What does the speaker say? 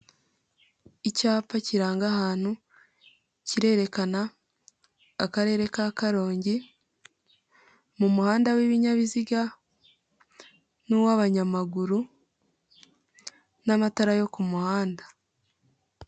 Icyapa kiranga ahantu kirerekana akarere ka Karongi, mu muhanda w'ibinyabiziga n'uw'abanyamaguru n'amatara yo ku muhanda.